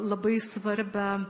labai svarbią